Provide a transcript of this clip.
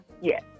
Yes